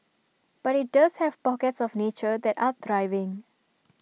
but IT does have pockets of nature that are thriving